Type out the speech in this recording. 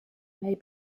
may